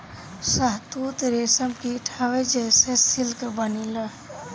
शहतूत रेशम कीट हवे जेसे सिल्क बनेला